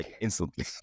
instantly